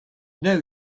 know